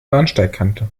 bahnsteigkante